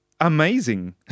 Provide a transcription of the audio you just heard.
amazing